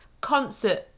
concert